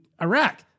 Iraq